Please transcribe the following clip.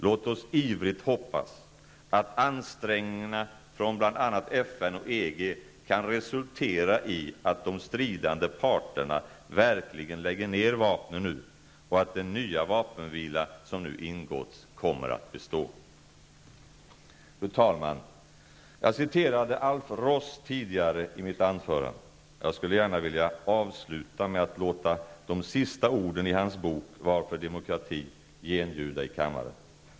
Låt oss ivrigt hoppas att ansträngningarna från bl.a. FN och EG kan resultera i att de stridande parterna verkligen lägger ned vapnen och att den nya vapenvila som nu ingåtts kommer att bestå. Fru talman! Jag citerade Alf Ross tidigare i mitt anförande. Jag skulle gärna vilja avsluta med att låta de sista orden i hans bok ''Varför Demokrati?''